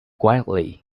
quietly